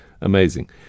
Amazing